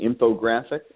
infographic